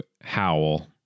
Howl